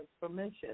permission